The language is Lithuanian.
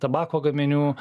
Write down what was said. tabako gaminių